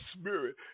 spirit